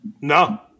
No